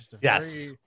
Yes